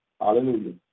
hallelujah